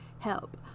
help